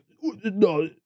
no